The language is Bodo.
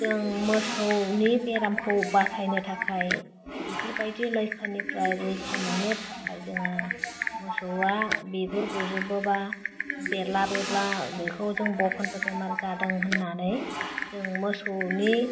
जों मोसौनि बेरामखौ बासायनो थाखाय बेफोरबायदि लैखोननिफ्राय रैखा मोननो थाखाय जोङो मोसौआ बिगुर गुजोबोबा बेरलाबोबा बेखौ जों बखन्थ' बेमार जादों होन्नानै जों मोसौनि